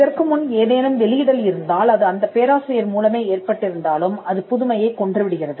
இதற்கு முன் ஏதேனும் வெளியிடல் இருந்தால் அது அந்தப் பேராசிரியர் மூலமே ஏற்பட்டிருந்தாலும் அது புதுமையைக் கொன்றுவிடுகிறது